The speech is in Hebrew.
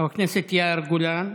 חבר הכנסת יאיר גולן,